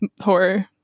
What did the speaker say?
horror